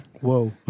Whoa